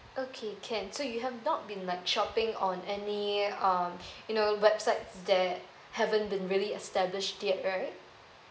okay can so you have not been like shopping on any um you know websites that haven't been really established yet right